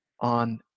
on